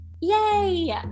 Yay